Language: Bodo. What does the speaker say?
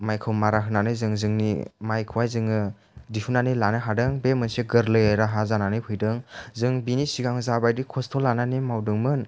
माइखौ मारा होनानै जोङो जोंनि माइखौहाय जोङो दिहुन्नानै लानो हादों बे मोनसे गोरलै राहा जानानै फैदों जों बेनि सिगां जाबायदि खस्थ' लानानै मावदोंमोन